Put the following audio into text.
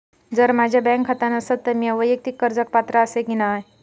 जर माझा बँक खाता नसात तर मीया वैयक्तिक कर्जाक पात्र आसय की नाय?